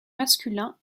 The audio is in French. masculin